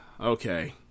okay